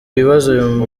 ibibazo